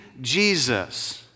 Jesus